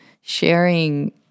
sharing